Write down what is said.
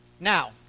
now